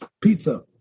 pizza